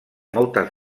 moltes